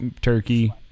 turkey